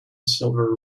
silver